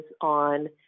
on